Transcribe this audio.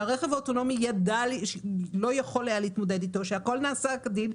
והרכב האוטונומי לא יכול היה להתמודד איתו והכול נעשה כדין,